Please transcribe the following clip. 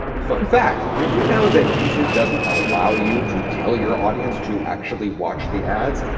fun fact, did you know that youtube doesn't allow you to tell your audience to actually watch the ads?